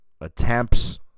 attempts